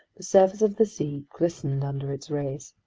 surface of the sea glistened under its rays.